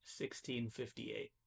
1658